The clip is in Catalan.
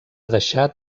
deixar